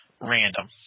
random